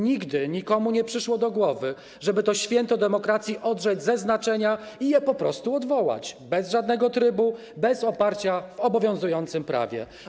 Nigdy nikomu nie przyszło do głowy, żeby to święto demokracji odrzeć ze znaczenia i je po prostu odwołać, bez żadnego trybu, bez oparcia w obowiązującym prawie.